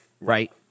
right